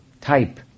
type